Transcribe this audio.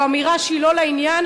זו אמירה שהיא לא לעניין.